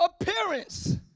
appearance